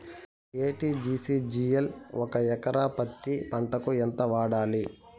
ఎ.టి.జి.సి జిల్ ఒక ఎకరా పత్తి పంటకు ఎంత వాడాలి?